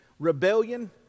Rebellion